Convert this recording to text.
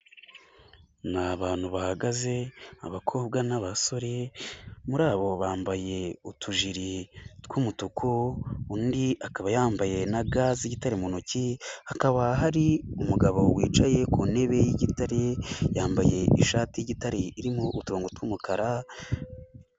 Ni abantu bahagaze abakobwa n'abasore, muri abo bambaye utujiri tw'umutuku undi akaba yambaye na ga z'igitare mu ntoki, hakaba hari umugabo wicaye ku ntebe y'igitare, yambaye ishati irimo utungurongo tw'umukara.